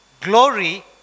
glory